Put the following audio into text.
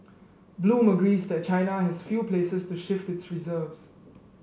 bloom agrees that China has few places to shift its reserves